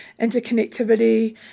interconnectivity